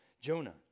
Jonah